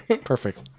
perfect